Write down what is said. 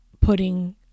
putting